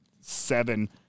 seven